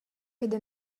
jde